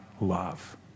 love